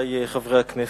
חברי חברי הכנסת,